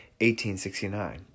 1869